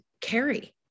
carry